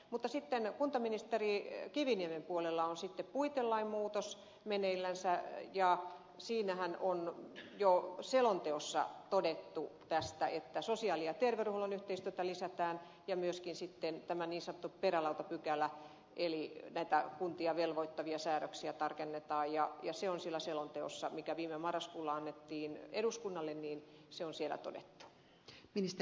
mutta kuntaministeri kiviniemen puolella on sitten puitelain muutos meneillänsä ja siinähän on jo selonteossa todettu tästä että sosiaali ja terveydenhuollon yhteistyötä lisätään ja myöskin sitten tämä niin sanottu perälautapykälä eli näitä kuntia velvoittavia säädöksiä tarkennetaan ja se on todettu siellä selonteossa joka viime marraskuulla annettiin eduskunnalle